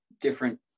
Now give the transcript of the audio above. different